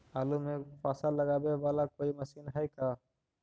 आलू मे पासा लगाबे बाला कोइ मशीन है का?